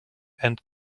and